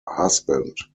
husband